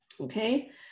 Okay